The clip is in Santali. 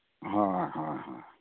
ᱦᱳᱭ ᱦᱳᱭ